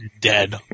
dead